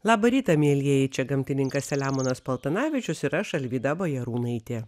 labą rytą mielieji čia gamtininkas selemonas paltanavičius ir aš alvyda bajarūnaitė